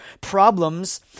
problems